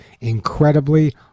incredibly